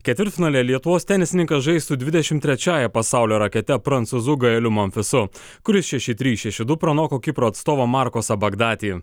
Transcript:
ketvirtfinalyje lietuvos tenisininkas žais su dvidešimt trečiąja pasaulio rakete prancūzu gaeliu monfisu kuris šeši trys šeši du pranoko kipro atstovo marko sabagdati